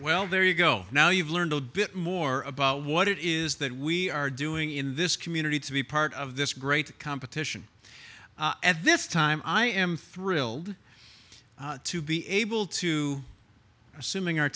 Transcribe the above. well there you go now you've learned a bit more about what it is that we are doing in this community to be part of this great competition at this time i am thrilled to be able to assuming our